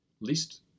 List